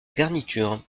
garniture